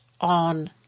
on